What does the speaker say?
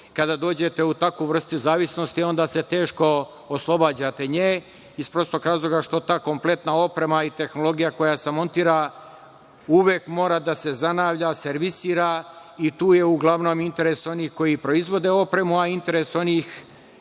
kada dođete u takvu vrstu zavisnosti onda se teško oslobađate nje, iz prostog razloga što ta kompletna oprema i tehnologija koja se montira uvek mora da se zanavlja, servisira i tu je uglavnom interes onih koji proizvode opremu. Interes onih